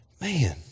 man